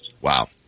Wow